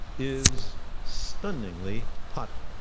is stunningly hot.